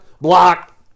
Block